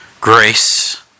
grace